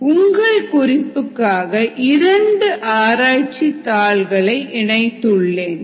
உங்கள் குறிப்புக்காக இரண்டு ஆராய்ச்சி தாள்கள் இணைத்துள்ளேன்